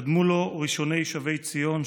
קדמו לו ראשוני שבי ציון,